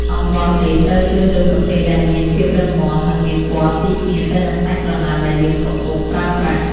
អំបោះដេរត្រូវជ្រើសរើសប្រភេទដែលមានភាពរឹងមាំ និងមានពណ៌ស៊ីគ្នាទៅនឹងសាច់ក្រណាត់ដែលយើងកំពុងប្រើប្រាស់។